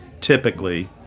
typically